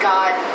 God